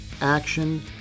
action